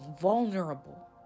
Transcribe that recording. vulnerable